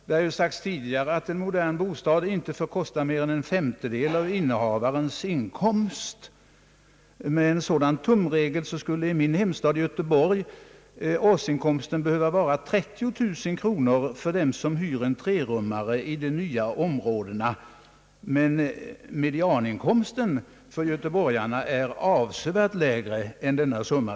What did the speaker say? Det har sagts tidigare att en modern bostad inte bör få kosta mer än en femtedel av innehavarens inkomst. Med en sådan tumregel skulle i min hemstad Göteborg årsinkomsten behöva vara 30 000 kronor för den som hyr en trerummare i de nya områdena. Men medianinkomsten för göteborgarna är avsevärt lägre än denna summa.